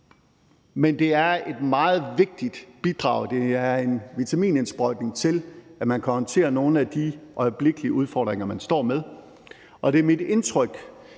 men det er et meget vigtigt bidrag. Det er en vitaminindsprøjtning, til at man kan håndtere nogle af de øjeblikkelige udfordringer, man står med, og det er mit indtryk,